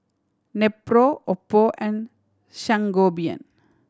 Nepro Oppo and Sangobion